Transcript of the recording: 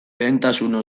lehentasuna